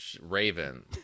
raven